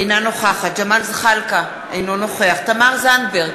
אינה נוכחת ג'מאל זחאלקה, אינו נוכח תמר זנדברג,